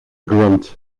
grunt